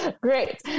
Great